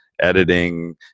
editing